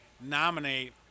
nominate